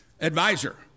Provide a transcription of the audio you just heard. advisor